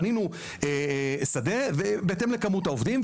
בנינו שדה בהתאם למספר העובדים,